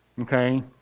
okay